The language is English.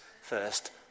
first